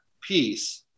piece